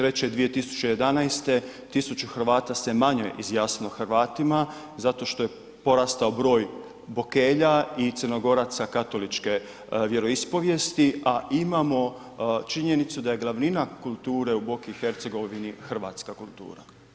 i 2011. tisuću Hrvata se manje izjasnilo Hrvatima zato što je porastao broj Bokelja i Crnogoraca katoličke vjeroispovijesti a imamo činjenicu da je glavnina kulture u Boki Hercegovini hrvatska kultura.